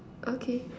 okay